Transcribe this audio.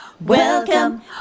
Welcome